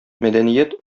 мәдәният